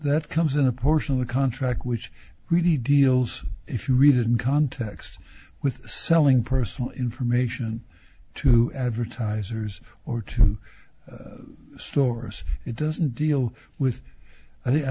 that comes in a portion of the contract which really deals if you read it in context with selling personal information to advertisers or to stores it doesn't deal with i think